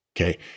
okay